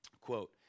Quote